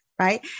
Right